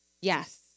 Yes